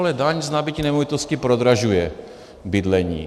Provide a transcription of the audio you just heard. Ale daň z nabytí nemovitosti prodražuje bydlení.